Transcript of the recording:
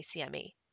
ACME